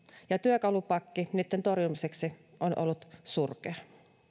ja työkalupakki niitten torjumiseksi on ollut surkea